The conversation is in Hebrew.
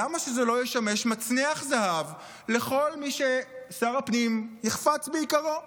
למה שזה לא ישמש מצנח זהב לכל מי ששר הפנים יחפוץ ביקרו?